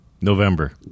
November